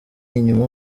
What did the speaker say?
inyuma